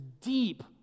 deep